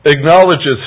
acknowledges